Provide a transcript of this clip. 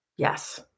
Yes